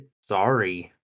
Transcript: sorry